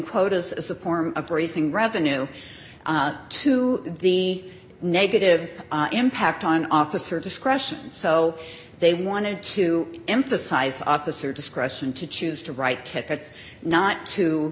quote as a supporter of raising revenue to the negative impact on officer discretion so they wanted to emphasize officer discretion to choose to write tickets not to